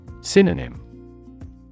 Synonym